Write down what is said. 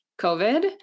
COVID